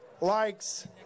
likes